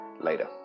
Later